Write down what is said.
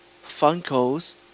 Funko's